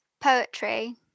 poetry